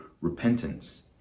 repentance